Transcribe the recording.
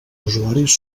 usuaris